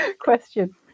question